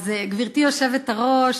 גברתי היושבת-ראש,